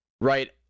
right